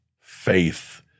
faith